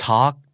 Talk